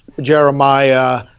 Jeremiah